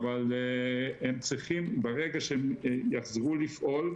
ברגע שהם יחזרו לפעול,